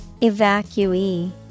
Evacuee